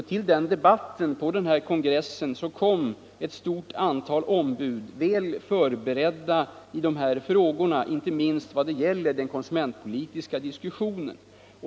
Till den kongressen kom ett stort antal ombud väl förberedda i dessa frågor, inte minst i vad det gäller den konsumentpolitiska diskussionen.